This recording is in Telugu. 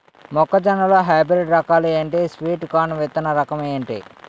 మొక్క జొన్న లో హైబ్రిడ్ రకాలు ఎంటి? స్వీట్ కార్న్ విత్తన రకం ఏంటి?